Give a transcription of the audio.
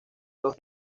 los